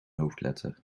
hoofdletter